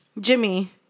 Jimmy